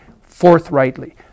forthrightly